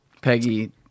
Peggy